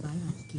אפשר?